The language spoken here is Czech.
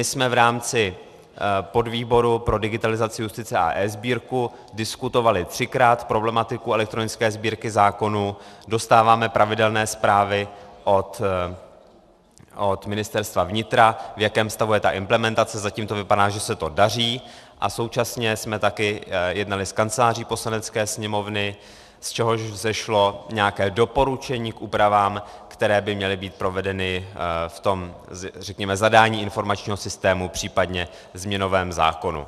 My jsme v rámci podvýboru pro digitalizaci justice a eSbírku diskutovali třikrát problematiku elektronické Sbírky zákonů, dostáváme pravidelné zprávy od Ministerstva vnitra, v jakém stavu je ta implementace, zatím to vypadá, že se to daří, a současné jsme taky jednali s Kanceláří Poslanecké sněmovny, z čehož vzešlo nějaké doporučení k úpravám, které by měly být provedeny v tom, řekněme, zadání informačního systému, případně změnovém zákonu.